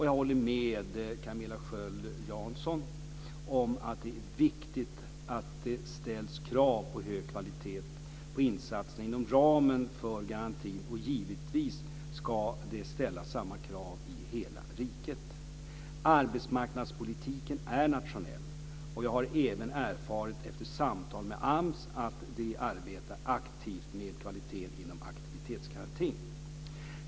Jag håller med Camilla Sköld Jansson om att det är viktigt att det ställs krav på hög kvalitet på insatserna inom ramen för garantin, och givetvis ska det ställas samma krav i hela riket. Arbetsmarknadspolitiken är nationell. Jag har även erfarit, efter samtal med AMS, att de arbetar aktivt med kvaliteten inom aktivitetsgarantin.